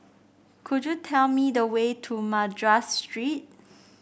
could you tell me the way to Madras Street